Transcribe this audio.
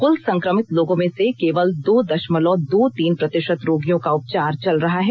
कल संक्रमित लोगों में से केवल दो दशमलव दो तीन प्रतिशत रोगियों का उपचार चल रहा है